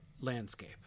landscape